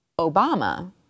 Obama